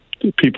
people